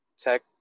tech